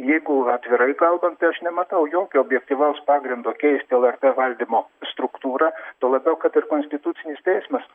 jeigu atvirai kalbant tai aš nematau jokio objektyvaus pagrindo keisti lrt valdymo struktūrą tuo labiau kad ir konstitucinis teismas